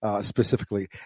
specifically